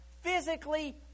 physically